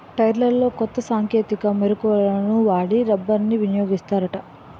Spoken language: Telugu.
టైర్లలో కొత్త సాంకేతిక మెలకువలను వాడి రబ్బర్ని వినియోగిస్తారట